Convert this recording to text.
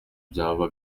byaba